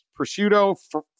prosciutto